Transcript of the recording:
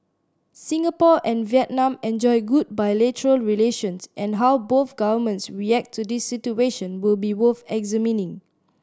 Singapore and Vietnam enjoy good bilateral relations and how both governments react to this situation will be worth examining